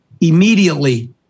Immediately